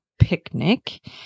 picnic